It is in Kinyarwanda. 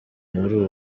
muri